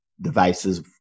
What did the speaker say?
devices